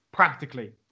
Practically